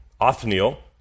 Othniel